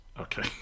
Okay